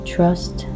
Trust